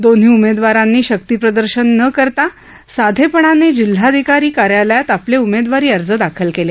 दोन्ही उमेदवारांनी शक्तीप्रदर्शन न करता साधेपणानं जिल्हाधिकारी कार्यालयात आपले उमेदवारी अर्ज दाखल केले